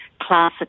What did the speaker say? class